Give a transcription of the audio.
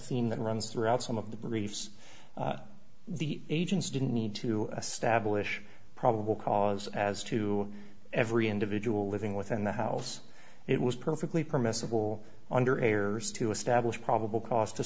theme that runs throughout some of the briefs the agents didn't need to establish probable cause as to every individual living within the house it was perfectly permissible under ayers to establish probable cause to